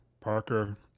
Parker